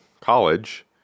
college